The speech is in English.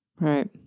Right